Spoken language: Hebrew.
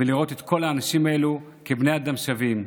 את כל האנשים האלה כבני אדם שווים,